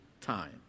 time